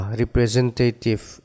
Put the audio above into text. representative